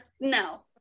No